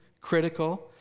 critical